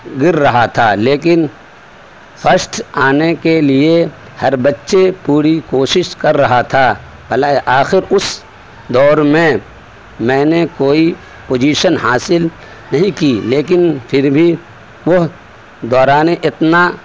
گر رہا تھا لیکن فسٹ آنے کے لیے ہر بچے پوری کوشش کر رہا تھا بھلا آخر اس دوڑ میں میں نے کوئی پوزیشن حاصل نہیں کی لیکن پھر بھی وہ دوڑانے اتنا